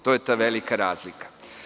To je ta velika razlika.